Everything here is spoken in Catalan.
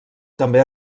també